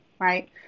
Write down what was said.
right